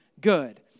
good